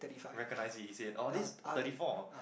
recognised it he said oh this is thirty four